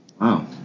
Wow